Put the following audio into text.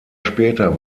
später